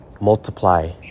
Multiply